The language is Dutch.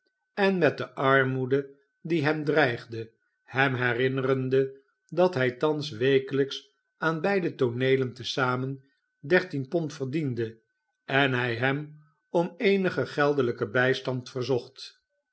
en met de armoede die hem dreigde hem herinnerende dat hi thans wekelijks aan beide tooneelen te zamen dertien pond verdiende en hi hem om eenigen geldeliiken bijstand verzocht